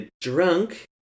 drunk